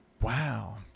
Wow